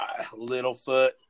Littlefoot